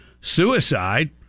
suicide